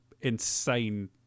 insane